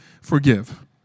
forgive